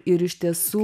ir iš tiesų